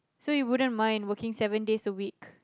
so you wouldn't mind working seven days a week